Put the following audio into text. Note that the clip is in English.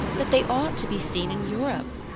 that they ought to be seen in europe.